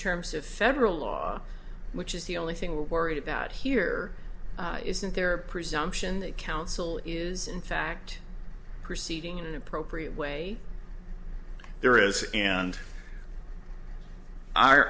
terms of federal law which is the only thing we're worried about here isn't there a presumption that counsel is in fact proceeding in an appropriate way there is and